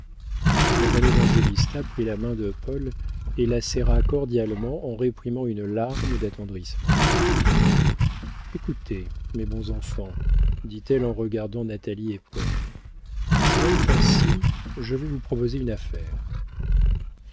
causée madame évangélista prit la main de paul et la serra cordialement en réprimant une larme d'attendrissement écoutez mes bons enfants dit-elle en regardant natalie et paul s'il en est ainsi je vais vous proposer une affaire